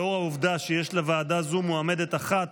לאור העובדה שיש לוועדה זו מועמדת אחת,